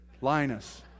Linus